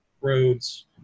roads